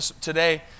today